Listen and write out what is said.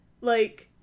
Like-